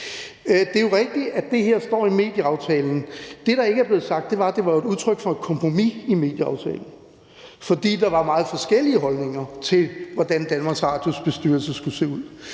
Det er jo rigtigt, at det her står i medieaftalen. Det, der ikke er blevet sagt, er jo, at det var udtryk for et kompromis i medieaftalen, fordi der var meget forskellige holdninger til, hvordan DR's bestyrelse skulle se ud.